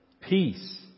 peace